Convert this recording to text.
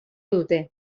dute